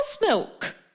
milk